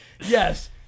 Yes